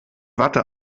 watte